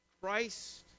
Christ